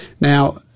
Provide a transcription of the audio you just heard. Now